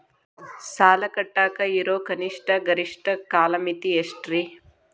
ಸಾಲ ಕಟ್ಟಾಕ ಇರೋ ಕನಿಷ್ಟ, ಗರಿಷ್ಠ ಕಾಲಮಿತಿ ಎಷ್ಟ್ರಿ?